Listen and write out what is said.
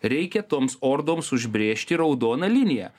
reikia toms ordoms užbrėžti raudoną liniją